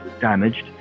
damaged